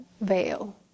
veil